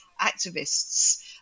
activists